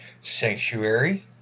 Sanctuary